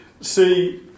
see